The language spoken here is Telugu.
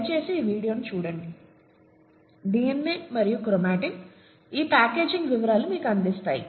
దయచేసి ఈ వీడియోను చూడండి DNA మరియు క్రోమాటిన్ ఈ ప్యాకేజింగ్ వివరాలను మీకు అందిస్తాయి